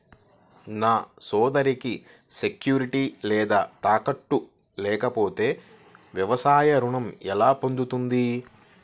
నా సోదరికి సెక్యూరిటీ లేదా తాకట్టు లేకపోతే వ్యవసాయ రుణం ఎలా పొందుతుంది?